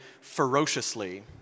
ferociously